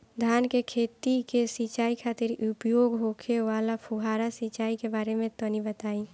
धान के खेत की सिंचाई खातिर उपयोग होखे वाला फुहारा सिंचाई के बारे में तनि बताई?